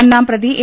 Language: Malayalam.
ഒന്നാം പ്രതി എ